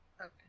Okay